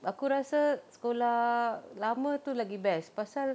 aku rasa sekolah lama tu lagi best pasal